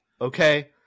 okay